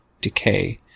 decay